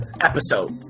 episode